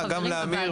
אין לי זכות הצבעה.